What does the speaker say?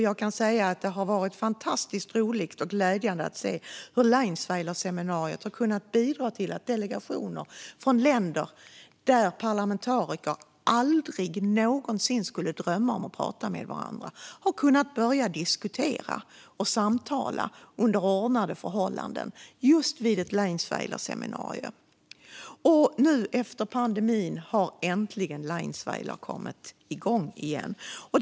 Jag kan säga att det har varit fantastiskt roligt och glädjande att se hur Leinsweilerseminariet har kunnat bidra till att delegationer från länder där parlamentariker aldrig någonsin skulle drömma om att prata med varandra har kunnat börja diskutera och samtala under ordnade förhållanden just vid ett Leinsweilerseminarium. Organisationen för säkerhet och samarbete i Europa under 2022 Nu, efter pandemin, har äntligen Leinsweilerseminarierna kommit igång igen.